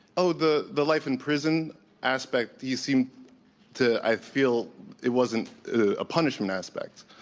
oh, the the life in prison aspect. you seemed to i feel it wasn't a punishment aspect.